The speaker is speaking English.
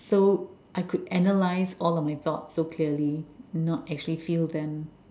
so I could analyse all of my thoughts so clearly not actually feel them